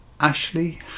Ashley